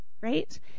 Right